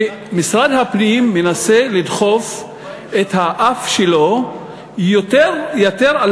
היא שמשרד הפנים מנסה לדחוף את האף שלו יתר על